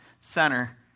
center